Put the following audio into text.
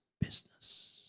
business